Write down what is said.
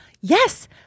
Yes